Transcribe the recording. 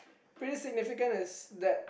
pretty signification is that